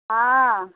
हँ